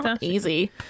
easy